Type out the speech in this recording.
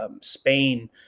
Spain